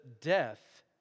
death